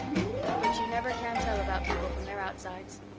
but you never can tell about people from their outsides.